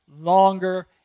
longer